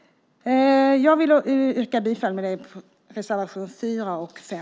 Jag vill med detta yrka bifall till reservationerna 4 och 5.